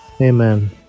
Amen